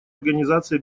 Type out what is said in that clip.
организации